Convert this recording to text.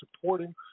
supporting